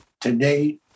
today